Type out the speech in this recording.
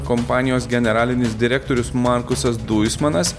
kompanijos generalinis direktorius markusas duismanas